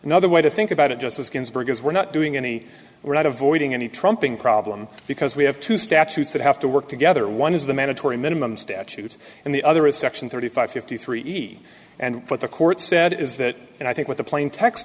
another way to think about it justice ginsburg is we're not doing any we're not avoiding any trumping problem because we have two statutes that have to work together one is the mandatory minimum statute and the other is section thirty five fifty three and what the court said is that and i think what the plaintext